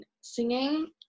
singing